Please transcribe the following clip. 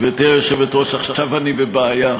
גברתי היושבת-ראש, עכשיו אני בבעיה.